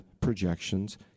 projections